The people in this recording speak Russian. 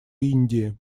индии